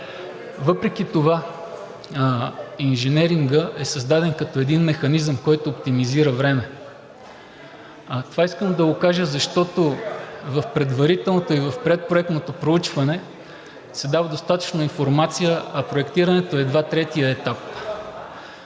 Въпреки това инженерингът е създаден като един механизъм, който оптимизира време. Това исках да го кажа, защото в предварителното и в предпроектното проучване се дава достатъчно информация, а проектирането е едва на третия етап.